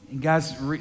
guys